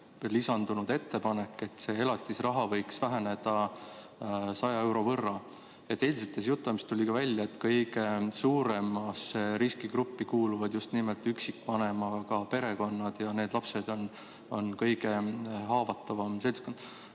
lisandunud ettepanek, et elatisraha võiks väheneda 100 euro võrra. Eilsetes jutuajamistes tuli ka välja, et kõige suuremasse riskigruppi kuuluvad just nimelt üksikvanemaga perekonnad ja need lapsed on kõige haavatavam seltskond.